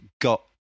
got